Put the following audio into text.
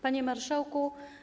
Panie Marszałku!